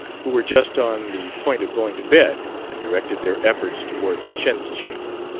who were just on the point of going to bed, and directed their efforts toward the chintz chamber.